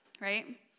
Right